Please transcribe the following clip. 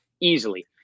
Easily